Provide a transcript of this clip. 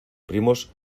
primos